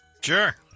Sure